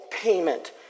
payment